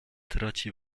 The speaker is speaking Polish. traci